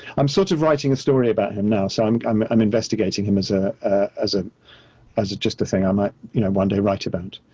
i'm sort of writing a story about him now. so i'm i'm i'm investigating him as ah as ah just a thing i might one day write about.